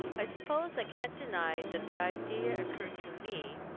i suppose i can't deny that the idea occurred to me,